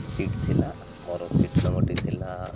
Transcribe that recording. seat ଥିଲା ମୋର seat ନମ୍ବରଟି ଥିଲା